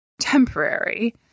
temporary